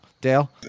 Dale